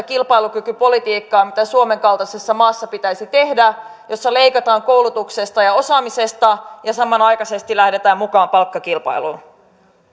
kilpailukykypolitiikkaa mitä suomen kaltaisessa maassa pitäisi tehdä ja jossa leikataan koulutuksesta ja osaamisesta ja samanaikaisesti lähdetään mukaan palkkakilpailuun